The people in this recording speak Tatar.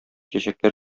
чәчәкләр